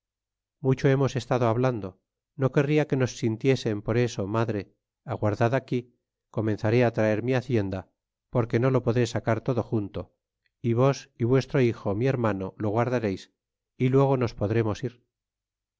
mucho hemos estado hablando no querria que nos sintiesen por eso madre aguardad aquí comenzaré traer mi hacienda porque no lo podré sacar todo junto é vos e vuestro hijo mi hermano lo guardaréis yluego nos podremos ir